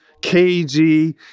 KG